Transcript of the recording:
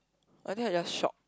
I think I just shock